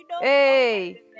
hey